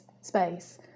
space